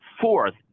Fourth